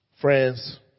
Friends